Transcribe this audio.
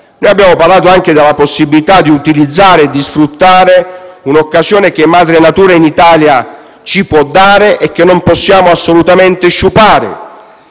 abbiamo parlato anche della possibilità di utilizzare e sfruttare un'occasione che madre natura può darci in Italia e non possiamo assolutamente sciupare.